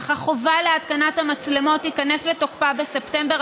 אך החובה להתקנת המצלמות תיכנס לתוקפה בספטמבר